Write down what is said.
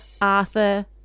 Arthur